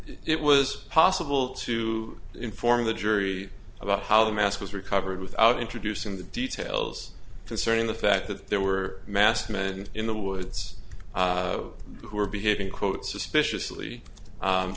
it was possible to inform the jury about how the mass was recovered without introducing the details concerning the fact that there were masked men in the woods who were behaving quote suspiciously